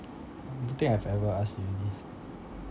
I don't think I've ever asked you this